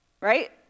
right